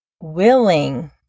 willing